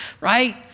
right